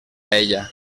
ella